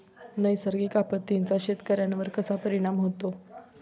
नैसर्गिक आपत्तींचा शेतकऱ्यांवर कसा परिणाम होतो?